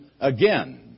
again